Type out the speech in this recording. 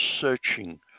searching